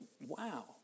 wow